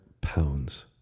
pounds